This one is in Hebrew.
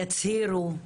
יצהירו,